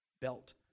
Belt